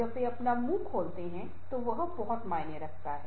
जब और वे अपना मुंह खोलते हैं वह बहुत मायने रखता है